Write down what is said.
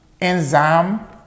enzyme